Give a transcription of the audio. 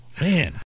man